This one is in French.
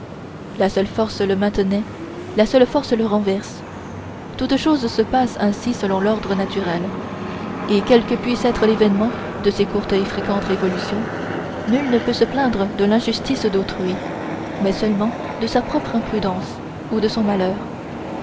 la seule force le maintenait la seule force le renverse toutes choses se passent ainsi selon l'ordre naturel et quel que puisse être l'événement de ces courtes et fréquentes révolutions nul ne peut se plaindre de l'injustice d'autrui mais seulement de sa propre imprudence ou de son malheur